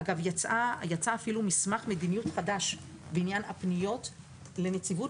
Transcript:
יצא אפילו מסמך מדיניות חדש בעניין הפניות לנציבות